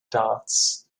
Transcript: dots